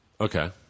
Okay